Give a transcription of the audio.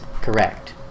correct